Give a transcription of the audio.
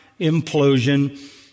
implosion